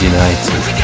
United